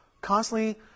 constantly